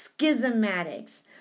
schismatics